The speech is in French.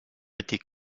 étaient